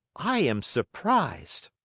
i am surprised!